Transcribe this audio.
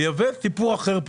לייבא זה סיפור אחר.